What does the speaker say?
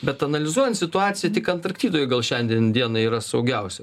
bet analizuojant situaciją tik antarktidoje gal šiandien dienai yra saugiausia